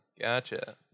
Gotcha